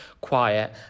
quiet